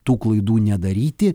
tų klaidų nedaryti